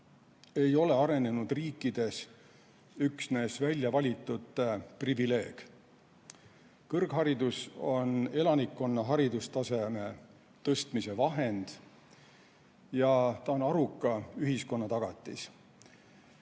ei ole arenenud riikides üksnes väljavalitute privileeg. Kõrgharidus on elanikkonna haridustaseme tõstmise vahend ja on aruka ühiskonna tagatis.